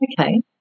Okay